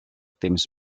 temps